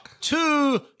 two